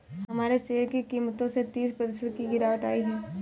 हमारे शेयर की कीमतों में तीस प्रतिशत की गिरावट आयी है